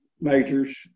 Majors